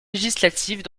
législatives